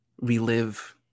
relive